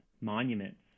monuments